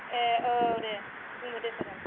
ए औ दे बुंदो दे सार औ